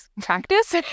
practice